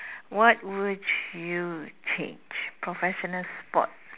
what would you change professional sport